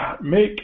Make